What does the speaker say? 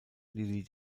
lilly